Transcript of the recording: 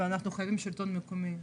ואנחנו חייבים שלטון מקומי.